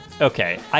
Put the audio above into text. Okay